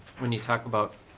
when you talk about-i